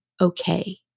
okay